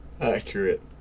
Accurate